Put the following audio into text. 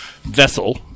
vessel